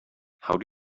how